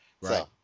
right